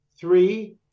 Three